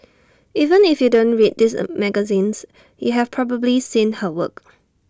even if you don't read these magazines you have probably seen her work